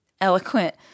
eloquent